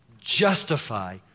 justify